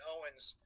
Owens